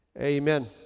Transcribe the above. amen